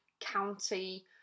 county